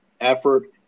effort